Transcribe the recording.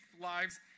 lives